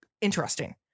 Interesting